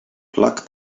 pluck